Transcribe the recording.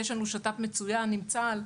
יש לנו שתף מצוין עם צה"ל,